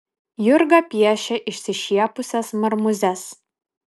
jurga piešia išsišiepusias marmūzes